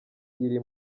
iri